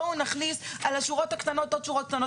בואו נחליט על השורות הקטנות, עוד שורות קטנות?